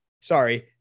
sorry